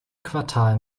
quartal